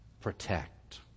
protect